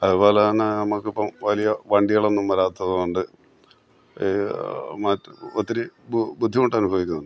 അതുപോലെ തന്നെ നമ്മൾക്ക് ഇപ്പോൾ വലിയ വണ്ടികളൊന്നും വരാത്തതുകൊണ്ട് മറ്റൊ ഒത്തിരി ബുദ്ധിമുട്ട് അനുഭവിക്കുന്നുണ്ട്